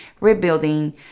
rebuilding